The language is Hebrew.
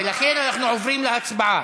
ולכן אנחנו עוברים להצבעה,